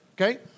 okay